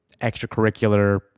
extracurricular